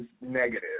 negative